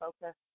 focus